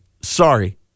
Sorry